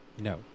No